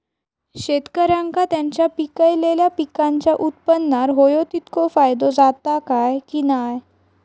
शेतकऱ्यांका त्यांचा पिकयलेल्या पीकांच्या उत्पन्नार होयो तितको फायदो जाता काय की नाय?